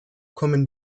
kommen